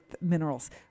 minerals